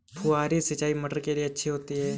फुहारी सिंचाई मटर के लिए अच्छी होती है?